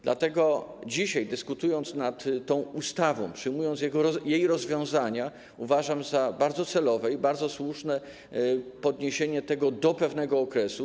Dlatego dzisiaj, dyskutując nad tą ustawą, przyjmując jej rozwiązania, uważam za bardzo celowe i bardzo słuszne odniesienie się do pewnego okresu.